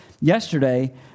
yesterday